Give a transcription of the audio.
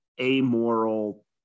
amoral